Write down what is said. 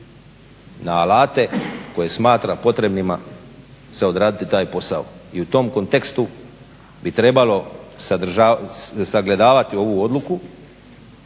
na alate koje smatra potrebnima za odraditi taj posao. I u tom kontekstu mi trebalo sagledavati ovu odluku,